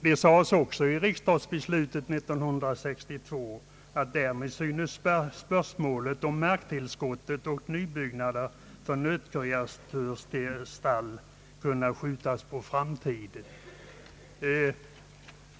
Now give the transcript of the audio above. Det sades också i riksdagsbeslutet av 1962 att »därmed synes spörsmålet om marktillskott och nybyggnader för nötkreatursstall kunna skjutas på framtiden».